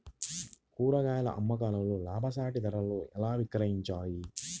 కూరగాయాల అమ్మకంలో లాభసాటి ధరలలో ఎలా విక్రయించాలి?